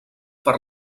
per